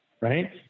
right